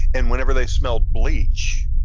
and whenever they smell bleach,